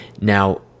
Now